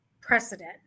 precedent